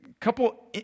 couple